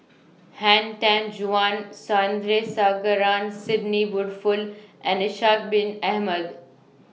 Han Tan Juan Sandrasegaran Sidney Woodhull and Ishak Bin Ahmad